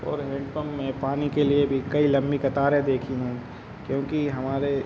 और hand pump में पानी के लिए भी कई लंबी कतारें देखी हैं क्योंकि हमारे